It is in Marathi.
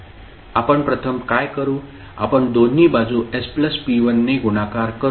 आपण प्रथम काय करू आपण दोन्ही बाजू sp1 ने गुणाकार करू